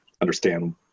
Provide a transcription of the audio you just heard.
understand